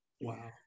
Wow